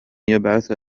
يبعث